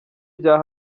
bya